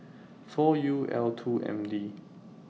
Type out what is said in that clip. four U L two M D